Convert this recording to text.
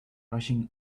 rushing